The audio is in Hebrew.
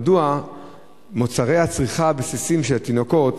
מדוע מוצרי הצריכה הבסיסיים של התינוקות,